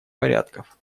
порядков